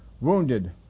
wounded